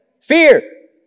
Fear